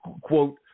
quote